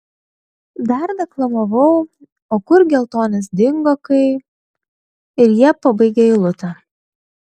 dar deklamavau o kur geltonis dingo kai ir jie pabaigė eilutę